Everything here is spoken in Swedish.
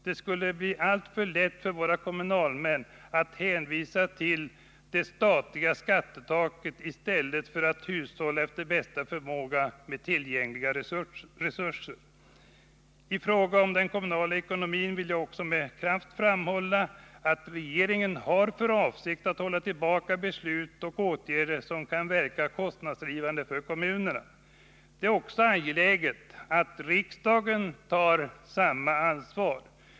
Det skulle bli alltför lätt för våra kommunalmän att hänvisa till det statliga skattetaket, i stället för att efter bästa förmåga hushålla med tillgängliga resurser. I fråga om den kommunala ekonomin vill jag också med kraft framhålla att regeringen har för avsikt att hålla tillbaka beslut och åtgärder som kan verka kostnadsdrivande för kommunerna. Det är angeläget att riksdagen tar samma ansvar.